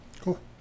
Cool